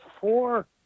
four